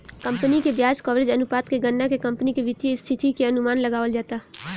company के ब्याज coverage अनुपात के गणना के कंपनी के वित्तीय स्थिति के अनुमान लगावल जाता